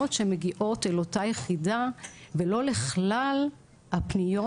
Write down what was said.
שמגיעות אל אותה יחידה ולא לכלל הפניות,